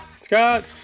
Scott